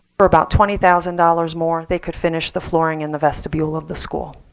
for about twenty thousand dollars more, they could finish the flooring in the vestibule of the school.